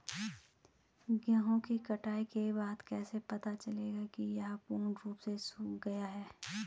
गेहूँ की कटाई के बाद कैसे पता चलेगा ये पूर्ण रूप से सूख गए हैं?